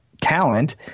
talent